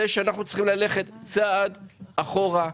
זה שאנחנו צריכים ללכת צעד אחורה,